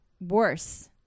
worse